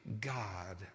God